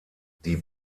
die